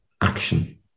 action